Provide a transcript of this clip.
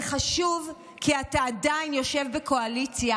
זה חשוב כי אתה עדיין יושב בקואליציה